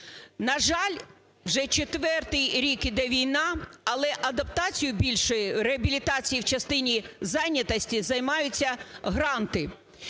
На жаль, вже четвертий рік іде війна, але адаптацією більшої, реабілітацією в частині зайнятості займаються гранти.